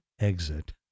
exit